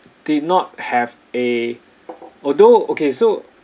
did not have a although okay so